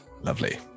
Lovely